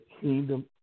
kingdom